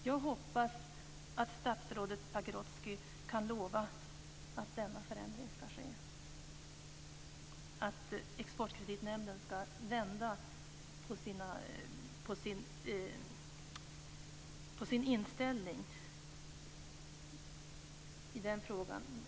Jag hoppas att statsrådet Pagrotsky kan lova att denna förändring skall ske, dvs. att Exportkreditnämnden skall ändra inställning i frågan.